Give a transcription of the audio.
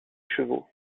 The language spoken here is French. chevaux